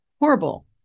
horrible